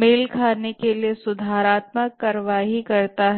mail खाने के लिए सुधारात्मक कार्यवाही करता है